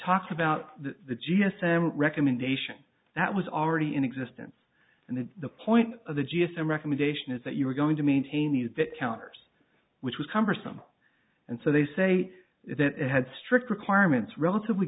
talks about the g s a recommendation that was already in existence and then the point of the just a recommendation is that you were going to maintain you that counters which was cumbersome and so they say that it had strict requirements relatively